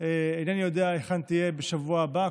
אינני יודע היכן תהיה בשבוע הבא,